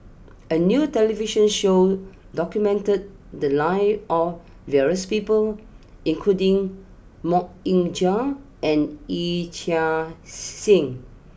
a new television show documented the lives of various people including Mok Ying Jang and Yee Chia Hsing